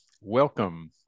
Welcome